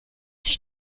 sich